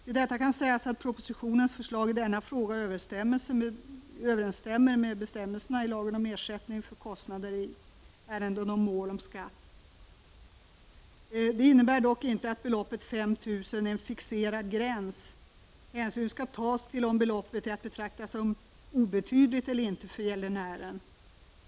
Till detta kan sägas att propositionsförslaget i denna fråga överensstämmer med bestämmelserna i lagen om ersättning för kostnader i ärenden och mål om skatt. Det innebär dock inte att beloppet 5 000 kr. är en fixerad gräns. Hänsyn skall tas till om beloppet är att betrakta som obetydligt eller inte för gäldenären.